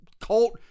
cult